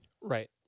right